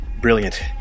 Brilliant